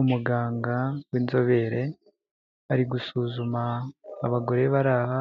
Umuganga w'inzobere ari gusuzuma abagore bari aha